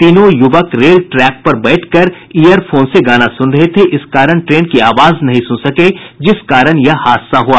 तीनों युवक rail track पर बैठकर ईयर फोन से गाना सुन रहे थे इस कारण ट्रेन की आवाज नहीं सुन सके जिस कारण यह हादसा हुआ